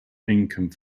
income